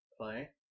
play